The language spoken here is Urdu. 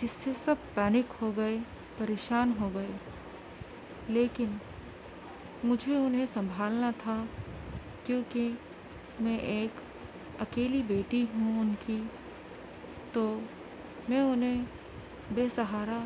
جس سے سب پینک ہو گئے پریشان ہو گئے لیکن مجھے انہیں سنبھالنا تھا کیونکہ میں ایک اکیلی بیٹی ہوں ان کی تو میں انہیں بےسہارا